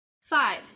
Five